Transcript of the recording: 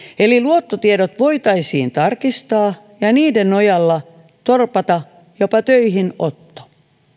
eli luottotiedot voitaisiin tarkistaa ja niiden nojalla torpata jopa töihinotto